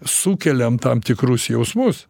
sukeliam tam tikrus jausmus